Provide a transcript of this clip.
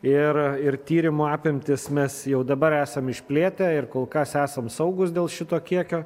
ir ir tyrimų apimtis mes jau dabar esam išplėtę ir kol kas esam saugūs dėl šito kiekio